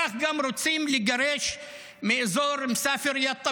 כך גם רוצים לגרש מאזור מסאפר יטא